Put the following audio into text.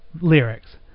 lyrics